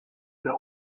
der